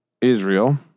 Israel